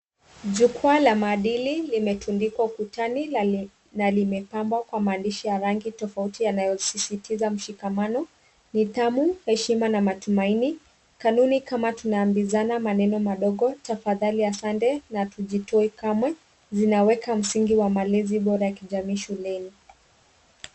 Jukwaa la maadili limetundikwa ukutani na limepambwa kwa maandishi ya rangi tofauti yanayosisitiza mshikamano, nidhamu, heshima na matumaini. Kanuni kama tunaambizana maneno madogo, tafadhali, asante na hatujitoi kamwe, zinaweka msingi wa malezi bora ya kijamii shuleni.